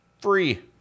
free